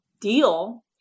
deal